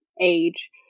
age